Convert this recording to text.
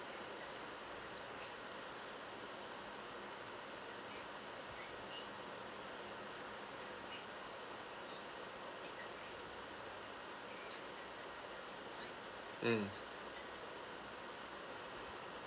mm